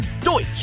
Deutsch